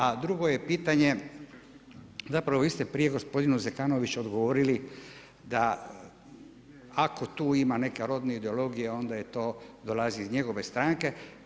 A drugo je pitanje zapravo, vi ste prije gospodinu Zekanoviću odgovorili da ako tu ima neke rodne ideologije onda to dolazi iz njegove stranke.